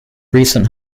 recent